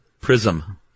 Prism